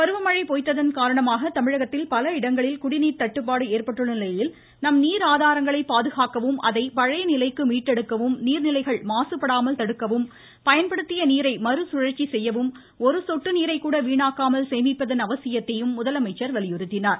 பருவமழை பொய்த்ததன் காரணமாக தமிழகத்தில் பல இடங்களில் குடிநீர் தட்டுப்பாடு ஏற்பட்டுள்ள நிலையில் நம் நீர் ஆதாரங்களை பாதுகாக்கவும் அதை பழைய நிலைக்கு மீட்டெடுக்கவும் நீாநிலைகள் மாசுபடாமல் தடுக்கவும் பயன்படுத்திய நீரை மறுசுழற்சி செய்யவும் ஒரு சொட்டு நீரை கூட வீணாக்காமல் சேமிப்பதன் அவசியத்தையும் முதலமைச்சர் வலியுறுத்தினார்